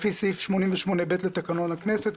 לפי סעיף 88(ב) לתקנון הכנסת,